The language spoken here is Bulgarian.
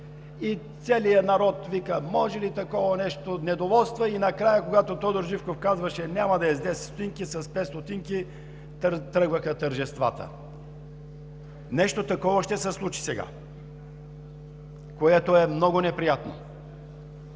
целият народ вика: „Може ли такова нещо?“, недоволства… И накрая, когато Тодор Живков казваше: „Няма да е с 10 стотинки, а с 5 стотинки“, тръгваха тържествата. Нещо такова ще се случи сега, което е много неприятно.